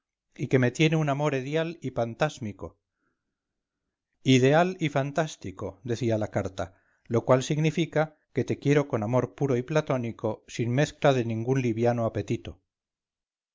y que me tiene un amor edial y pantásmico ideal y fantástico decía la carta lo cual significa que te quiero con amor puro y platónico sin mezcla de ningún liviano apetito